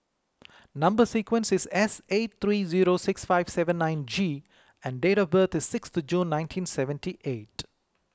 Number Sequence is S eight three zero six five seven nine G and date of birth is sixth June nineteen seventy eight